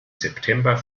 september